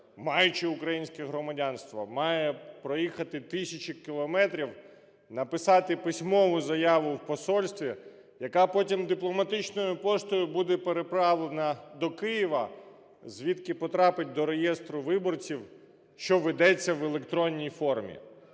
маючи українське громадянство, має проїхати тисячі кілометрів, написати письмову заяву в посольстві, яка потім дипломатичною поштою буде переправлена до Києва, звідки потрапить до реєстру виборців, що ведеться в електронній формі.